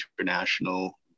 international